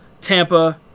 Tampa